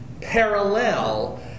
parallel